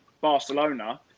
Barcelona